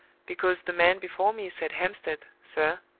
because the man before me said hampstead, sir,